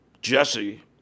Jesse